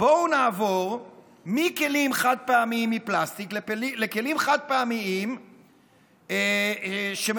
בואו נעבור מכלים חד-פעמיים מפלסטיק לכלים חד-פעמיים שמכונים,